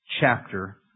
chapter